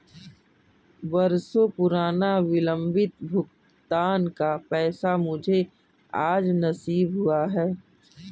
बरसों पुराना विलंबित भुगतान का पैसा मुझे आज नसीब हुआ है